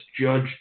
judge